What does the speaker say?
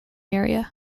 area